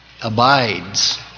abides